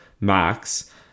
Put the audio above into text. max